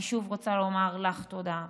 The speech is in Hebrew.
אני שוב רוצה לומר לך תודה,